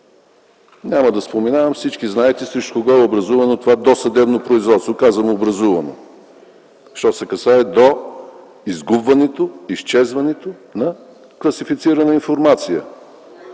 Няма да споменавам, всички знаете срещу кого е образувано това досъдебно производство. Казвам – образувано, защото се касае до изгубването, изчезването на класифицирана информация.